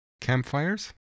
campfires